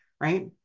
right